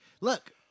Look